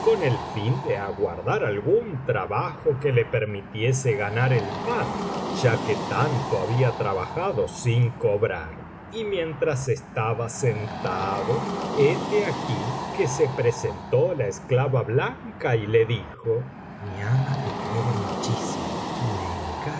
con el fin de aguardar algún trabajo que le permitiese ganar el pan ya que tanto había trabajado sin cobrar y mientras estaba sentado hete aquí que se presentó la esclava blanca y le dijo mi ama te quiere muchísimo y me encarga